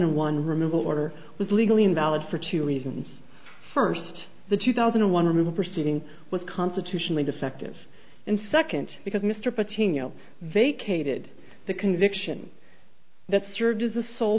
and one removal order was legally invalid for two reasons first the two thousand and one removal proceeding was constitutionally defective and second because mr pitino vacated the conviction that served as a so